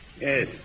Yes